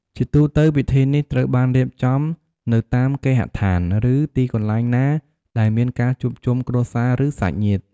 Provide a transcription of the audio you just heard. ជាទូទៅ ពិធីនេះត្រូវបានរៀបចំនៅតាមគេហដ្ឋាន ឬទីកន្លែងណាដែលមានការជួបជុំគ្រួសារឬសាច់ញាតិ។